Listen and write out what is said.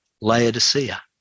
laodicea